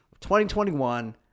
2021